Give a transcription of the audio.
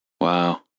Wow